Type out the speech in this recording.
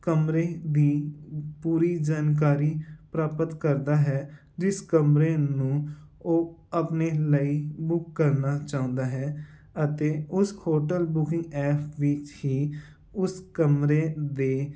ਕਮਰੇ ਦੀ ਪੂਰੀ ਜਾਣਕਾਰੀ ਪ੍ਰਾਪਤ ਕਰਦਾ ਹੈ ਜਿਸ ਕਮਰੇ ਨੂੰ ਉਹ ਆਪਣੇ ਲਈ ਬੁੱਕ ਕਰਨਾ ਚਾਹੁੰਦਾ ਹੈ ਅਤੇ ਉਸ ਹੋਟਲ ਬੁਕਿੰਗ ਐਪ ਵਿਚ ਹੀ ਉਸ ਕਮਰੇ ਦੇ